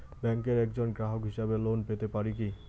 ব্যাংকের একজন গ্রাহক হিসাবে লোন পেতে পারি কি?